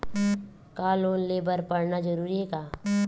का लोन ले बर पढ़ना जरूरी हे का?